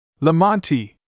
Lamonti